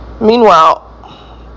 Meanwhile